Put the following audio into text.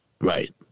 Right